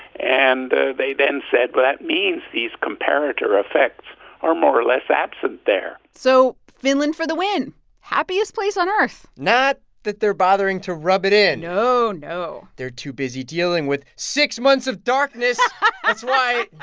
and they then said, well, that means these comparator effects are more or less absent there so finland for the win happiest place on earth not that they're bothering to rub it in no, no they're too busy dealing with six months of darkness that's right.